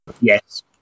Yes